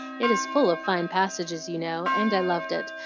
it is full of fine passages, you know, and i loved it,